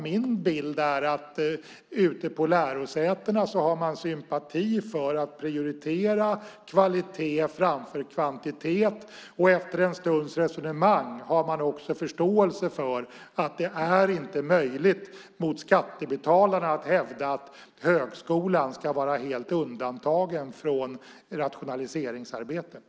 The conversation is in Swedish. Min bild är att man ute på lärosätena har sympati för att prioritera kvalitet framför kvantitet. Efter en stunds resonemang har man också förståelse för att det inte är möjligt att gentemot skattebetalarna hävda att högskolan ska vara helt undantagen från rationaliseringsarbetet.